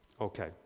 okay